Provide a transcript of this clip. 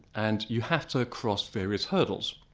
and you have to cross various hurdles.